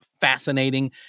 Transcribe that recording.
fascinating